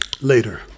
Later